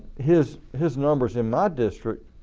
his his numbers in my district